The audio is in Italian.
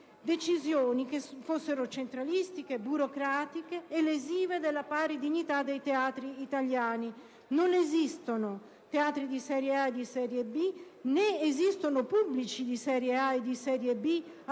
decisioni centralistiche, burocratiche e lesive della pari dignità dei teatri italiani. Non esistono teatri di serie A e di serie B, né esistono pubblici di serie A e di serie B